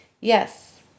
Yes